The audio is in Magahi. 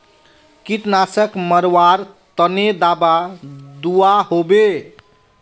कीटनाशक मरवार तने दाबा दुआहोबे?